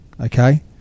okay